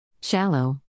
Shallow